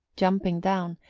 jumping down,